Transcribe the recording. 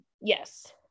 yes